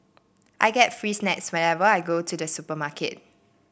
I get free snacks whenever I go to the supermarket